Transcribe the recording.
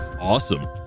Awesome